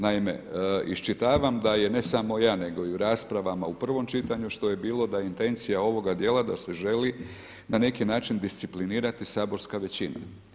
Naime, iščitavam da je ne samo ja nego i u raspravama u prvom čitanju što je bilo da je intencija ovoga dijela da se želi na neki način disciplinirati saborska većina.